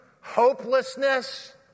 hopelessness